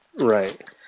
Right